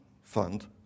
Fund